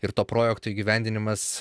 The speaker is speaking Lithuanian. ir to projekto įgyvendinimas